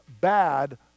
bad